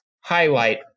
highlight